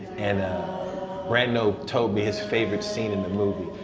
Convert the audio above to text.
and brando told me his favorite scene in the movie,